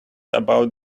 about